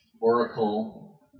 Oracle